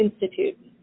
Institute